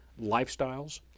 lifestyles